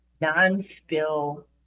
non-spill